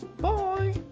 Bye